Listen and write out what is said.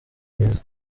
myiza